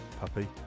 puppy